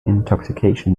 intoxication